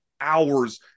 hours